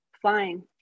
flying